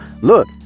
look